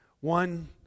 One